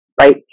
right